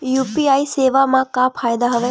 UPI सेवा मा का फ़ायदा हवे?